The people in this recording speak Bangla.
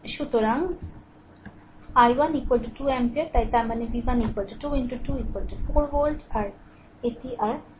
সুতরাং i1 2 অ্যাম্পিয়ার তাই তার মানে v 1 2 2 4 ভোল্ট এটি আর v 1